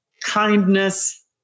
kindness